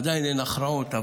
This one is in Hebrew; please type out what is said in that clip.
עדיין אין הכרעות,